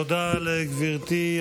תודה לגברתי.